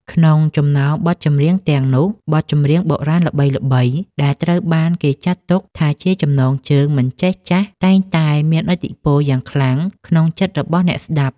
ក្នុងចំណោមបទចម្រៀងទាំងនោះ បទចម្រៀងបុរាណល្បីៗដែលត្រូវបានគេចាត់ទុកថាជាចំណងជើងមិនចេះចាស់ តែងតែមានឥទ្ធិពលយ៉ាងខ្លាំងក្នុងចិត្តរបស់អ្នកស្តាប់។